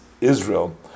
Israel